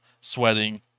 sweating